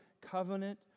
covenant